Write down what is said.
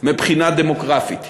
מבחינה דמוגרפית.